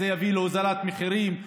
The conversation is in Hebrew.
זה יביא להורדת מחירים.